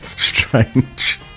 strange